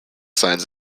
signs